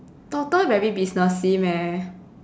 doctor very businessy meh